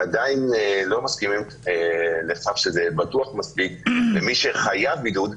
עדיין לא מסכימים לכך שזה בטוח מספיק למי שחייב בידוד,